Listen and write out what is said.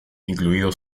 incluido